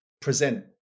present